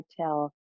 tell